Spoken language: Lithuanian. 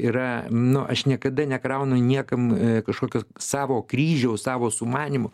yra nu aš niekada nekraunu niekam kažkokio savo kryžiaus savo sumanymų